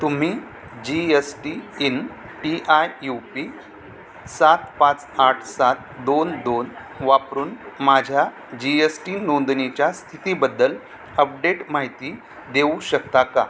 तुम्ही G S T IN P I U P सात पाच आठ सात दोन दोन वापरून माझ्या जी यस टी नोंदणीच्या स्थितीबद्दल अपडेट माहिती देऊ शकता का